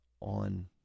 on